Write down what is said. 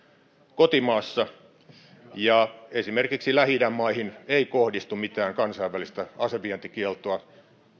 kotimaassa esimerkiksi lähi idän maihin ei kohdistu mitään kansainvälistä asevientikieltoa